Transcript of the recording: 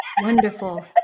Wonderful